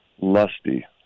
lusty